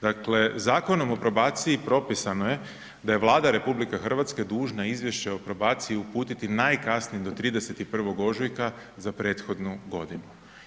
Dakle Zakonom o probaciji propisano je da je Vlada RH dužna izvješće o probaciji uputiti najkasnije do 31. ožujka za prethodnu godinu.